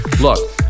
Look